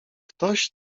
ktoś